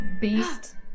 Beast